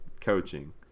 coaching